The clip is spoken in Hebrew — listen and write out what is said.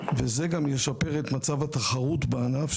וזה גם ישפר את מצב התחרות בענף,